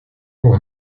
pour